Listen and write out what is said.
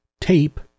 tape